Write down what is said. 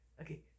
okay